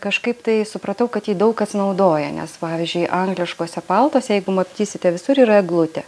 kažkaip tai supratau kad jį daug kas naudoja nes pavyzdžiui angliškuose paltuose jeigu matysite visur yra eglutė